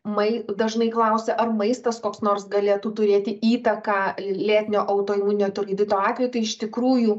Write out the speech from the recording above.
mai dažnai klausia ar vaistas koks nors galėtų turėti įtaką lėtinio autoimuninio tiroidito atveju kai iš tikrųjų